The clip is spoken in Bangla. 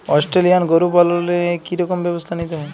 অস্ট্রেলিয়ান গরু পালনে কি রকম ব্যবস্থা নিতে হয়?